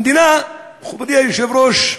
המדינה, מכובדי היושב-ראש,